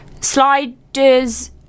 Sliders